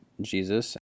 Jesus